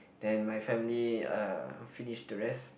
then my family uh finished the rest